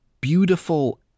beautiful